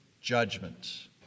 judgment